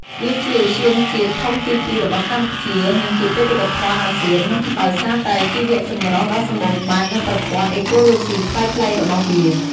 វាជាឧទ្យានជាតិធំទីពីររបស់កម្ពុជា និងជាបេតិកភណ្ឌអាស៊ានដោយសារតែជីវៈចម្រុះដ៏សម្បូរបែប និងប្រព័ន្ធអេកូឡូស៊ីប្លែកៗរបស់វា។